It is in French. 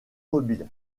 mobiles